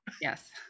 yes